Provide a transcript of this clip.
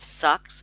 sucks